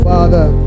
Father